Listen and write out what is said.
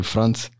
France